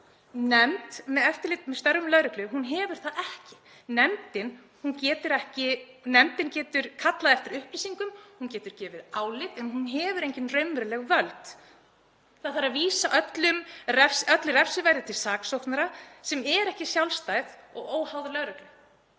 Nefnd um eftirlit með störfum lögreglu hefur það ekki. Nefndin getur kallað eftir upplýsingum, hún getur gefið álit en hún hefur engin raunveruleg völd. Það þarf að vísa öllu refsiverðu til saksóknara, sem er ekki sjálfstæður og óháður lögreglu.